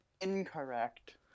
Incorrect